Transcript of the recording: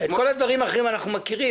את כל הדברים האחרים אנחנו מכירים,